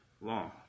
long